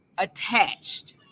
attached